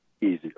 easier